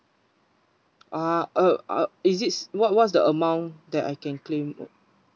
ah oh oh is it what what's the amount that I can claim